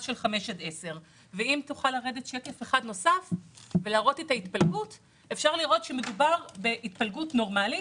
5 10. אפשר לראות שמדובר בהתפלגות נורמלית,